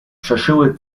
przeszyły